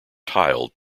tiled